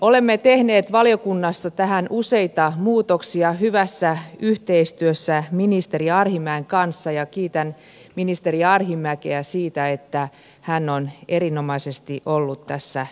olemme tehneet valiokunnassa tähän useita muutoksia hyvässä yhteistyössä ministeri arhinmäen kanssa ja kiitän ministeri arhinmäkeä siitä että hän on erinomaisesti ollut tässä mukana